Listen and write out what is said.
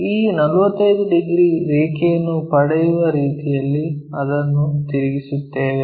ಈ 45 ಡಿಗ್ರಿ ರೇಖೆಯನ್ನು ಪಡೆಯುವ ರೀತಿಯಲ್ಲಿ ಅದನ್ನು ತಿರುಗಿಸುತ್ತೇವೆ